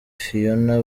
fiona